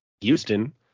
Houston